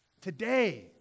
today